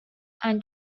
and